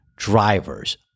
drivers